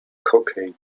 cocaine